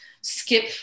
skip